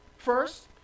First